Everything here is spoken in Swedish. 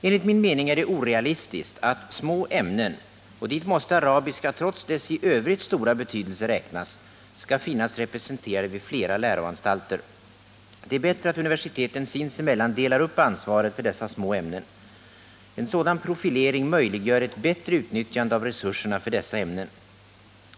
Enligt min mening är det orealistiskt att små ämnen — och dit måste arabiska trots dess i övrigt stora betydelse räknas — skall finnas representerade vid flera läroanstalter. Det är bättre att universiteten sinsemellan delar upp ansvaret för dessa små ämnen. En sådan profilering möjliggör ett bättre utnyttjande av resurserna för dessa ämnen.